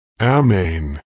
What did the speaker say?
Amen